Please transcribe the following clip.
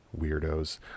weirdos